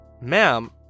Ma'am